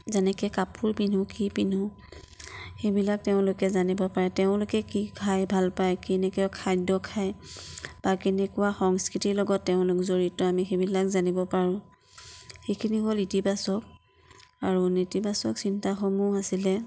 যেনেকৈ কাপোৰ পিন্ধো কি পিন্ধো সেইবিলাক তেওঁলোকে জানিব পাৰে তেওঁলোকে কি খায় ভালপায় কেনেকুৱা খাদ্য খায় বা কেনেকুৱা সংস্কৃতিৰ লগত তেওঁলোক জড়িত আমি সেইবিলাক জানিব পাৰোঁ সেইখিনি হ'ল ইতিবাচক আৰু নেতিবাচক চিন্তাসমূহ আছিলে